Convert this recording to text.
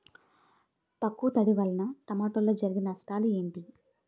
తక్కువ తడి వల్ల టమోటాలో జరిగే నష్టాలేంటి?